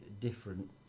different